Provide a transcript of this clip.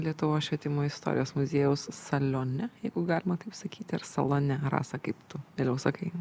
lietuvos švietimo istorijos muziejaus salione jeigu galima taip sakyti ir salone rasa kaip tu vėliau sakai